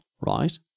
right